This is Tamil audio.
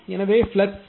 எனவே இது ஃப்ளக்ஸ் ∅2